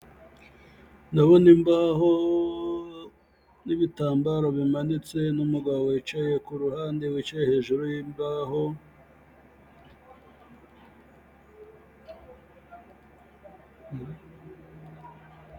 Ndabona imbaho n'ibitambaro bimanitse n'umugabo wicaye ku ruhande wicaye hejuru y'imbaho,...